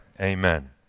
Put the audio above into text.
Amen